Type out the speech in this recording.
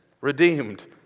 redeemed